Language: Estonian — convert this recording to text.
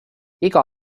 iga